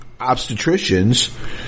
obstetricians